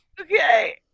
Okay